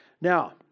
Now